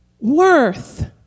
worth